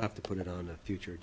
have to put it on a future